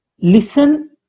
listen